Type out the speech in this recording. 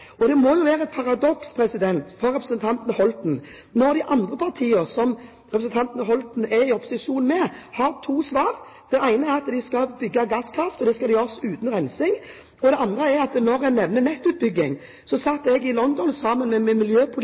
Det må jo være et paradoks for representanten Hjemdal at de andre partiene som hun er i opposisjon sammen med, har to svar. Det ene er at de skal bygge gasskraftverk – og det skal gjøres uten rensing – og det andre er nettutbygging. Jeg